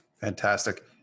Fantastic